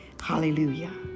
Hallelujah